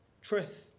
truth